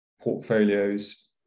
portfolios